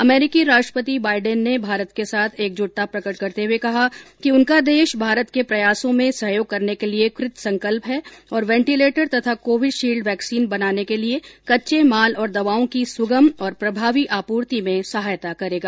अमेरीकी राष्ट्रपति बाइडेन ने भारत के साथ एकजुटता प्रकट करते हुए कहा कि उनका देश भारत के प्रयासों में सहयोग करने के लिए कृतसंकल्प है और वेंटिलेटर तथा कोविशील्ड वैक्सीन बनाने के लिए कच्चे माल और दवाओं की सुगम और प्रभावी आपूर्ति में सहायता करेगा